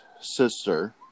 sister